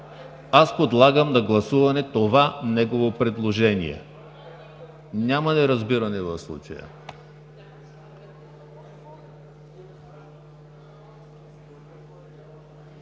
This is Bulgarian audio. Подлагам на гласуване това негово предложение. Няма неразбиране в случая!